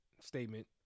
statement